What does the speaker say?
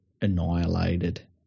annihilated